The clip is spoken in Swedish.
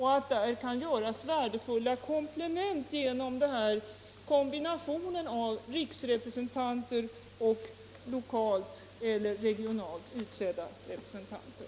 Man kan nå värdefulla resultat genom en kombination av riksrepresentanter och lokalt eller regionalt utsedda representanter.